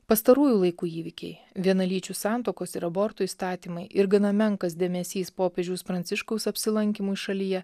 pastarųjų laikų įvykiai vienalyčių santuokos ir abortų įstatymai ir gana menkas dėmesys popiežiaus pranciškaus apsilankymui šalyje